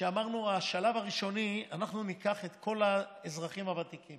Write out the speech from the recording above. ואמרנו שבשלב הראשוני אנחנו ניקח את כל האזרחים הוותיקים